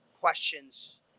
questions